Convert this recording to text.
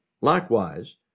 Likewise